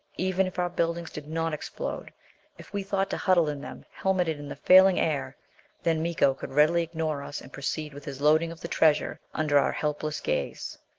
even if our buildings did not explode if we thought to huddle in them, helmeted in the failing air then miko could readily ignore us and proceed with his loading of the treasure under our helpless gaze.